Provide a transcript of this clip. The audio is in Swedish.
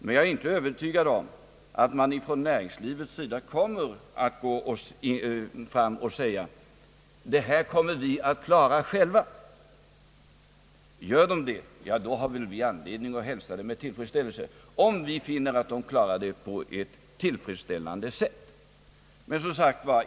Men jag är inte övertygad om att man från näringslivet kommer att säga: Det här klarar vi själva. Gör de det har vi anledning att hälsa det med tillfredsställelse, om vi finner att de klarar det på ett tillfredsställande sätt.